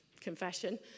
confession